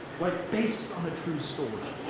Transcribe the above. like based on a true story.